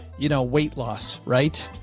you know, weight loss, right?